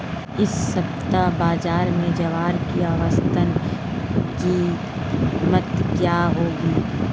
इस सप्ताह बाज़ार में ज्वार की औसतन कीमत क्या रहेगी?